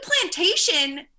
plantation